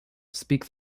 speak